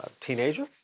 teenager